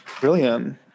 brilliant